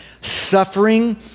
Suffering